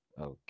okay